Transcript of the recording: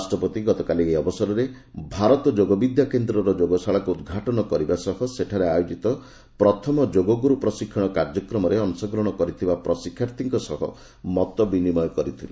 ରାଷ୍ଟ୍ରପତି ଗତକାଲି ଏହି ଅବସରରେ ଭାରତ ଯୋଗବିଦ୍ୟା କେନ୍ଦ୍ରର ଯୋଗଶାଳାକୁ ଉଦ୍ଘାଟନ କରିବା ସହ ସେଠାରେ ଆୟୋକିତ ପ୍ରଥମ ଯୋଗ ଗୁରୁ ପ୍ରଶିକ୍ଷଣ କାର୍ଯ୍ୟକ୍ରମରେ ଅଂଶଗ୍ରହଣ କରିଥିବା ପ୍ରଶିକ୍ଷକମାନଙ୍କ ସହ ମତବିନିମୟ କରିଥିଲେ